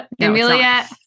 Amelia